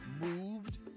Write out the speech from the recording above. moved